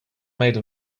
made